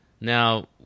Now